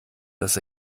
das